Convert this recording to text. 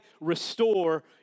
restore